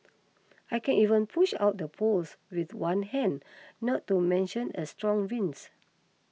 I can even push out the poles with one hand not to mention a strong winds